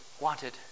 wanted